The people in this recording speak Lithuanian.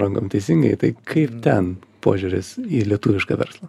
rankom teisingai tai kaip ten požiūris į lietuvišką verslą